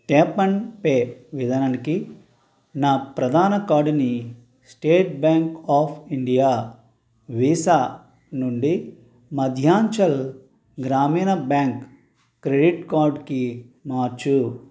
tap and pay విధానానికి నా ప్రధాన కార్డుని State Bank of India Visa నుండి మధ్యాంచల్ గ్రామీణ బ్యాంక్ క్రెడిట్ కార్డ్కి మార్చు